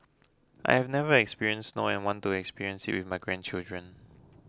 I have never experienced snow and want to experience it with my grandchildren